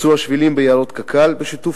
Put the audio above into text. וביצוע שבילים ביערות קק"ל בשיתוף